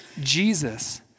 Jesus